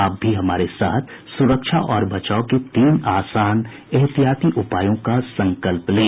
आप भी हमारे साथ सुरक्षा और बचाव के तीन आसान एहतियाती उपायों का संकल्प लें